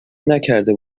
نکرده